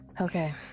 Okay